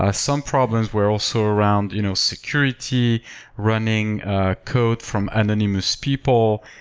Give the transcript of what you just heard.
ah some problems were also around you know security running code from anonymous people,